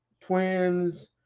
twins